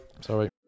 Sorry